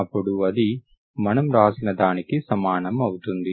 అప్పుడు అది మనం వ్రాసిన దానికి సమానం అవుతుంది